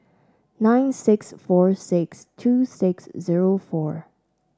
nine six four six two six zero four